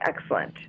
excellent